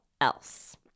else